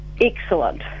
excellent